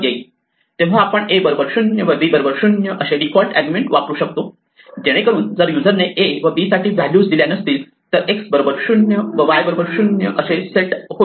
तेव्हा आपण a 0 व b 0 असे डिफॉल्ट आर्ग्युमेंट म्हणून वापरू शकतो जेणेकरून जर युजरने a व b साठी व्हॅल्यूज दिलेल्या नसतील तर x 0 व y 0 असे सेट होईल